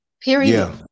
period